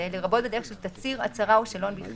הזאת יש שורה של גורמים שהם גורמים זכאים.